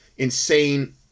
insane